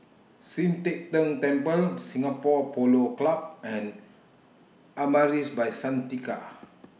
Sian Teck Tng Temple Singapore Polo Club and Amaris By Santika